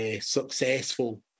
successful